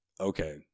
Okay